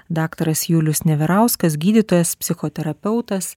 daktaras julius neverauskas gydytojas psichoterapeutas